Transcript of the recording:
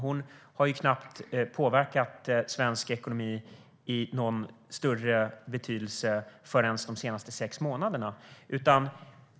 Hon har ju knappt påverkat svensk ekonomi i någon större mening förrän under de senaste sex månaderna.